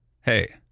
hey